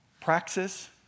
Praxis